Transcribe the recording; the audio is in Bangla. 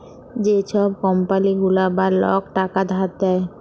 যে ছব কম্পালি গুলা বা লক টাকা ধার দেয়